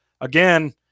again